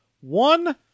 One